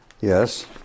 Yes